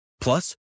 Plus